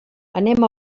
anem